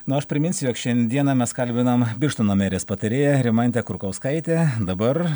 na o aš primins jog šiandieną mes kalbinam birštono merės patarėją rimantę kurkauskaitę dabar